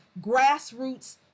grassroots